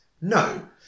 No